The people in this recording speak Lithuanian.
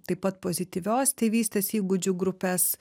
taip pat pozityvios tėvystės įgūdžių grupes